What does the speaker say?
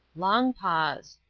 long pause.